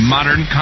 Modern